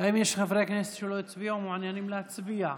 האם יש חברי כנסת שלא הצביעו ומעוניינים להצביע?